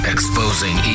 Exposing